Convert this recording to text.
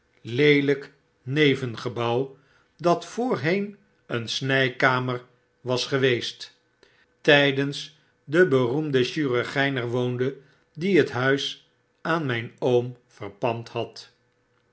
leelrjk nevengebouw dat voorheen een sngkamer was geweest tydens de beroemde chirurggn er woonde die het huis aan mgn oom verpand had